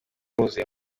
huzuye